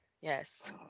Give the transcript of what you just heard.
yes